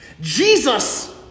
Jesus